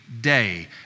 day